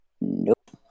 Nope